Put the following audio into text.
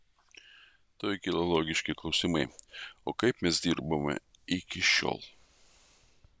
tuoj kyla logiški klausimai o kaip mes dirbome iki šiol